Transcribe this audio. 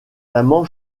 amants